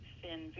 thin